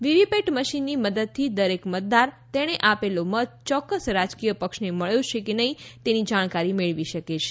VVPAT મશીનની મદદથી દરેક મતદાર તેણે આપેલો મત ચોક્કસ રાજકીય પક્ષને મબ્યો છે કે તેની જાણકારી મેળવી શકે છે